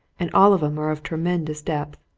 and all of em are of tremendous depth.